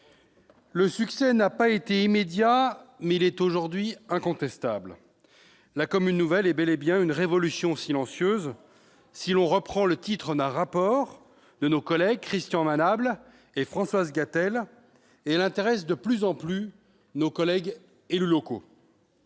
le succès n'a pas été immédiat, mais il est aujourd'hui incontestable : la commune nouvelle est bel et bien une « révolution silencieuse », pour reprendre le titre d'un rapport de nos collègues Christian Manable et Françoise Gatel, et elle intéresse de plus en plus nos collègues élus locaux.